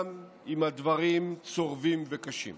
גם אם הדברים צורבים וקשים.